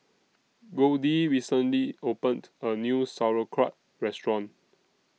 Goldie recently opened A New Sauerkraut Restaurant